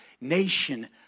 nation